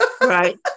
Right